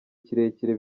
kirekire